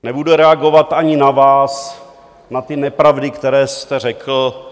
Nebude reagovat ani na vás, na ty nepravdy, které jste řekl.